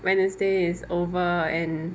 wednesday is over and